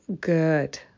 good